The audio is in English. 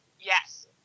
Yes